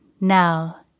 Now